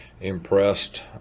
impressed